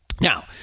Now